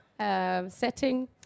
setting